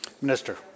Minister